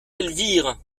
elvire